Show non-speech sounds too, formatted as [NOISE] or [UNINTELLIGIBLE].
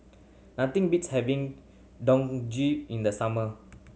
nothing beats having [UNINTELLIGIBLE] in the summer